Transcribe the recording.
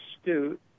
astute